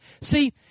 See